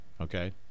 okay